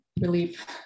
relief